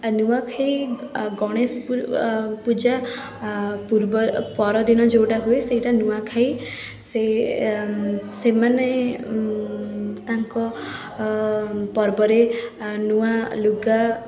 ଆ ନୂଆଖାଇ ଆ ଗଣେଶ ପୂଜା ପୂର୍ବ ପରଦିନ ଯେଉଁଟା ହୁଏ ସେଇଟା ନୂଆଖାଇ ସେ ଏ ସେମାନେ ତାଙ୍କ ପର୍ବରେ ଆ ନୂଆଲୁଗା